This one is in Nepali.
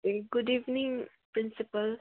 A good evening principal